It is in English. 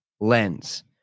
lens